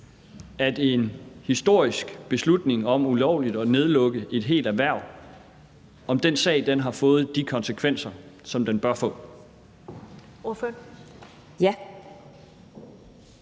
med en historisk beslutning om ulovligt at nedlukke et helt erhverv har fået de konsekvenser, som den bør få.